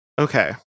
Okay